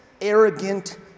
arrogant